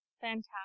Fantastic